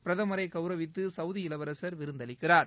பிரதமரை கவுரவித்து சவுதி இளவரசர் விருந்தளிக்கிறார்